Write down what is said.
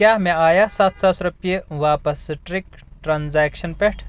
کیٛاہ مےٚ آیا ستھ ساس رۄپیہِ واپس سٹرک ٹرانزیکشن پٮ۪ٹھ؟